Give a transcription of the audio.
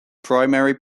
primary